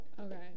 Okay